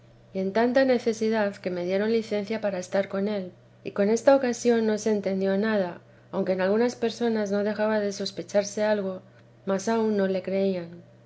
y en tanta necesidad que me dieron licencia para estar con él y con esta ocasión no se entendió nada aunque en algunas personas no dejaba de sospecharse algo mas aun no o creían